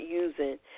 using